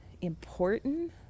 important